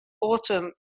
autumn